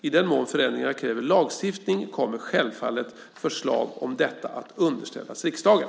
I den mån förändringarna kräver lagstiftning kommer självfallet förslag om detta att underställas riksdagen.